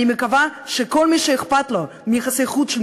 אני מקווה שכל מי שאכפת לו מיחסי החוץ של